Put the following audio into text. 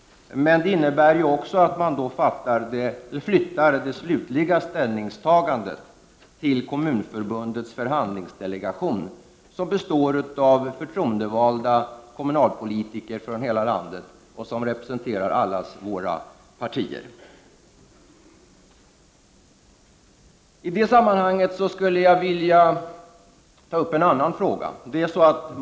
Men det innebär också att man flyttar det slutliga ställningstagandet till Kommunförbundets förhandlingsdelegation, som består av förtroendevalda kommunalpolitiker från hela landet som representerar allas våra partier. I det sammanhanget skulle jag vilja ta upp en annan fråga.